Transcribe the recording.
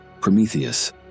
Prometheus